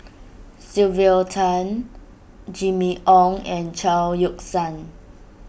Sylvia Tan Jimmy Ong and Chao Yoke San